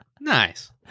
Nice